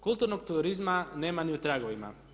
Kulturnog turizma nema ni u tragovima.